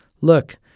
Look